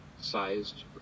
sized